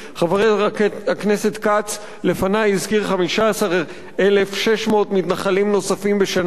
חבר הכנסת כץ לפני הזכיר 15,600 מתנחלים נוספים בשנה.